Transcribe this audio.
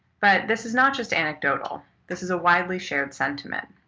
but this is not just anecdotal. this is a widely shared sentiment.